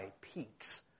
peaks